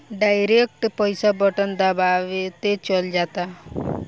direct पईसा button दबावते चल जाता